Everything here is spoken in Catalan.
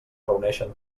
reuneixen